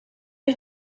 ich